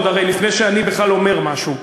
עוד לפני שאני בכלל אומר משהו.